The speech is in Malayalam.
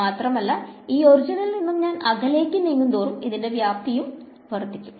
മാത്രമല്ല ഈ ഒർജിനിൽ നിന്നും ഞാൻ അകലേക്ക് നീങ്ങും തോറും ഇതിന്റെ വ്യാപ്തിയും വർദ്ധിക്കും